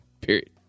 Period